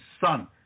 son